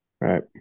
right